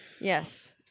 Yes